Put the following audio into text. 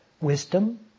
wisdom